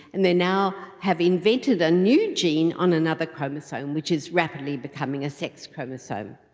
and they now have invented a new gene on another chromosome, which is rapidly becoming a sex chromosome.